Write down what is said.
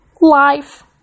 life